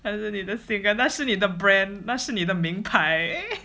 那是你的性格那是你的 brand 那是你的名牌